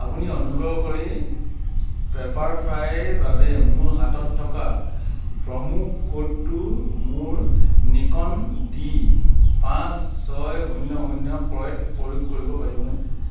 আপুনি অনুগ্ৰহ কৰি পেপাৰফ্ৰাইৰ বাবে মোৰ হাতত থকা প্ৰম' কোডটো মোৰ নিকন ডি পাঁচ ছয় শূন্য শূন্য ক্ৰয়ত প্ৰয়োগ কৰিব পাৰিবনে